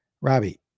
Robbie